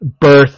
birth